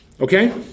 Okay